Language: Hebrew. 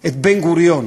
את בן-גוריון,